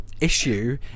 issue